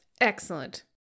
Excellent